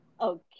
Okay